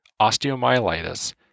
osteomyelitis